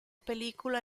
película